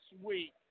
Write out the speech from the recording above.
sweet